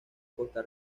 costa